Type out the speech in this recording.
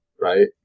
right